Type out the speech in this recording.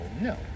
no